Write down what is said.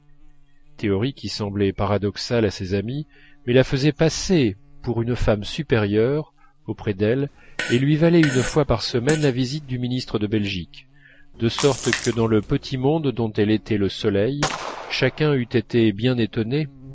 théories qui semblaient paradoxales à ses amies mais la faisaient passer pour une femme supérieure auprès d'elles et lui valaient une fois par semaine la visite du ministre de belgique de sorte que dans le petit monde dont elle était le soleil chacun eût été bien étonné